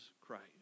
Christ